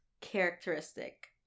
characteristic